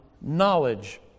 knowledge